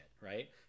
right